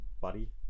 buddy